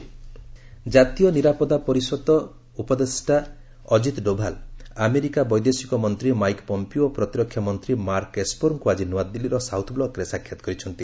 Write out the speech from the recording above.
Doval meeting ଜାତୀୟ ନିରାପଦ ପରିଷଦ ଉପଦେଷ୍ଟା ଅକିତ ଡୋଭାଲ ଆମେରିକା ବୈଦେଶିକ ମନ୍ତ୍ରୀ ମାଇକ ପମ୍ପିଓ ଓ ପ୍ରତିରକ୍ଷାମନ୍ତ୍ରୀ ମାର୍କ ଏସ୍ପରଙ୍କୁ ଆଜି ନୂଆଦିଲ୍ଲୀର ସାଉଥ୍ ବ୍ଲକରେ ସାକ୍ଷାତ କରିଛନ୍ତି